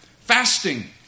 Fasting